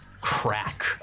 crack